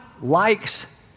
likes